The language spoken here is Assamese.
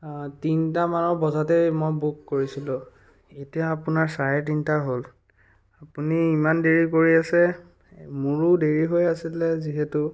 তিনিটা মান বজাতে মই বুক কৰিছিলোঁ এতিয়া আপোনাৰ চাৰে তিনিটা হ'ল আপুনি ইমান দেৰি কৰি আছে মোৰো দেৰি হৈ আছিলে যিহেতু